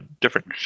different